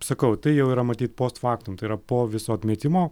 sakau tai jau yra matyt post faktum tai yra po viso atmetimo